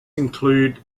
include